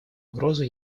угрозу